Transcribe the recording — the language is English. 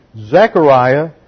Zechariah